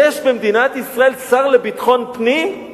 יש במדינת ישראל שר לביטחון פנים?